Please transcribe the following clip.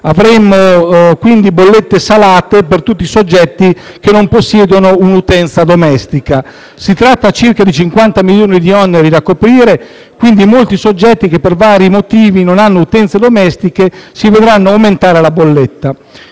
Avremo quindi bollette salate per tutti i soggetti che non possiedono un'utenza domestica. Si tratta di circa 50 milioni di euro di oneri da coprire; quindi molti soggetti che per vari motivi non hanno utenze domestiche si vedranno aumentare la bolletta.